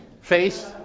face